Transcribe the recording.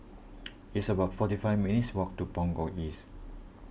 it's about forty five minutes' walk to Punggol East